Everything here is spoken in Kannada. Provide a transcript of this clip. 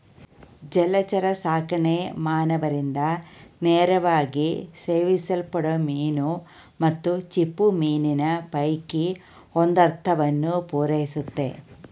ಜಲಚರಸಾಕಣೆ ಮಾನವರಿಂದ ನೇರವಾಗಿ ಸೇವಿಸಲ್ಪಡೋ ಮೀನು ಮತ್ತು ಚಿಪ್ಪುಮೀನಿನ ಪೈಕಿ ಒಂದರ್ಧವನ್ನು ಪೂರೈಸುತ್ತೆ